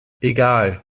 egal